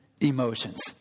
emotions